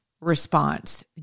response